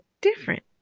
different